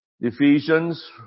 Ephesians